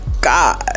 God